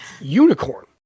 unicorn